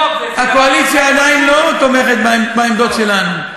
הקואליציה עדיין לא תומכת בעמדות שלנו.